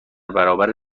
برابر